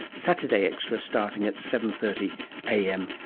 saturday extra, starting at seven. thirty am,